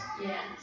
Yes